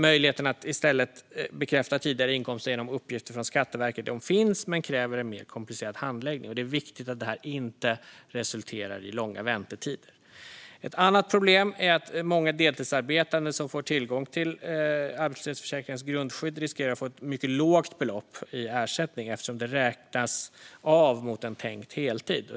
Möjligheten att i stället bekräfta tidigare inkomster genom uppgifter från Skatteverket finns men kräver en mer komplicerad handläggning. Det är viktigt att detta inte resulterar i långa väntetider. Ett annat problem är att många deltidsarbetande som får tillgång till arbetslöshetshetsförsäkringens grundskydd riskerar att få ett mycket lågt belopp i ersättning, eftersom det räknas av mot en tänkt heltid.